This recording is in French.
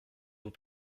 vous